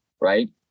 Right